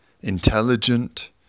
intelligent